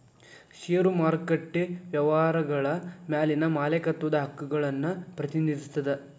ಷೇರು ಮಾರುಕಟ್ಟೆ ವ್ಯವಹಾರಗಳ ಮ್ಯಾಲಿನ ಮಾಲೇಕತ್ವದ ಹಕ್ಕುಗಳನ್ನ ಪ್ರತಿನಿಧಿಸ್ತದ